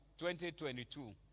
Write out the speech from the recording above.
2022